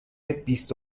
بیست